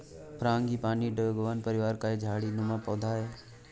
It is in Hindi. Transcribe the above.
फ्रांगीपानी डोंगवन परिवार का झाड़ी नुमा पौधा है